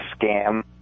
scam